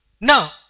Now